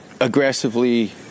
aggressively